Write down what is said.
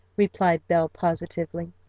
replied belle positively.